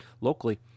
locally